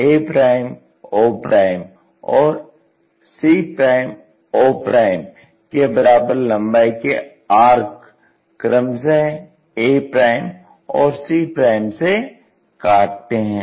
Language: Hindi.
अब ao और co के बराबर लंबाई के आर्क क्रमशः a और c से काटते हैं